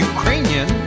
Ukrainian